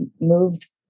moved